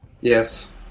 Yes